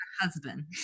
Husband